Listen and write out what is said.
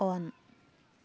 on